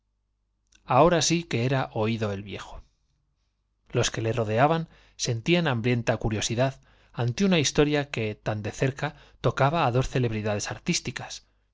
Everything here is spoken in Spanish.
ahora sí que era oído el viejo los que le rodeaban sentían hambrienta curiosidad ante una historia que tan de cerca tocaba á dos celebridades artísticas